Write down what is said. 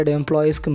employees